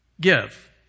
Give